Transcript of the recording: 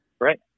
Right